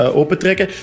opentrekken